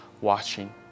watching